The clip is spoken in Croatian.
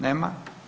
Nema.